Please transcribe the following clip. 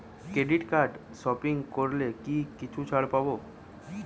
Credit কার্ডে shopping করলে কি কিছু ছাড় পাব?